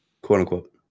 Quote-unquote